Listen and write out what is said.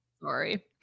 Sorry